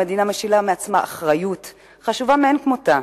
המדינה משילה מעצמה אחריות חשובה מאין כמותה